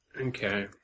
Okay